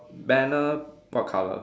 banner what colour